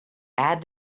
add